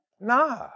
Nah